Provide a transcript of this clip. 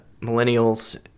millennials